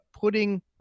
putting